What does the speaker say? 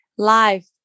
Life